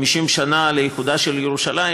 50 שנה לאיחודה של ירושלים,